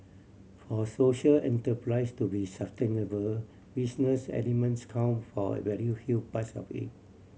for social enterprise to be sustainable business elements count for a very huge part of it